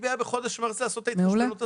בעיה בחודש מרץ לעשות התחשבנות סופית.